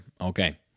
Okay